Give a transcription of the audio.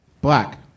Black